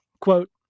quote